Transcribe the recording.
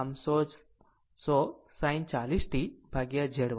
આમ 100 sin 40 t ભાગ્યા Z14